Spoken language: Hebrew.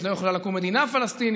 אז לא יכולה לקום מדינה פלסטינית.